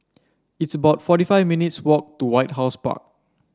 it's about forty five minutes' walk to White House Park